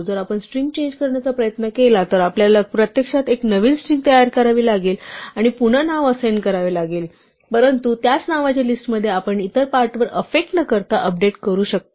जर आपण string change करण्याचा प्रयत्न केला तर आपल्याला प्रत्यक्षात एक नवीन स्ट्रिंग तयार करावी लागेल आणि पुन्हा नाव असाइन करावे लागेल परंतु त्याच नावाच्या लिस्टमध्ये आपण इतर पार्ट वर अफ्फेक्ट न करता अपडेट करू शकतो